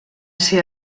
ser